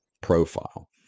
profile